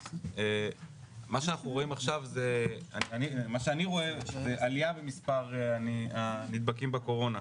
מה שאני רואה עכשיו זה שישנה עלייה במספר הנדבקים בקורונה.